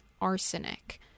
arsenic